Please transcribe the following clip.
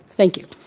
thank you.